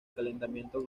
calentamiento